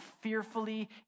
fearfully